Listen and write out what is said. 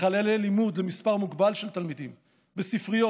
חללי לימוד למספר מוגבל של תלמידים בספריות,